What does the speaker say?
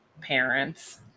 parents